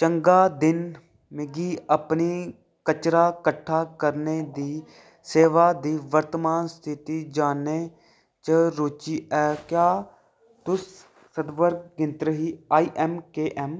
चंगा दिन मिगी अपनी कचरा कट्ठा करने दी सेवा दी वर्तमान स्थिति जानने च रुचि ऐ क्या तुस सदबर्द गिनतरी आई एम के एम